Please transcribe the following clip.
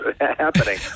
happening